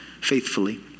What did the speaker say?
faithfully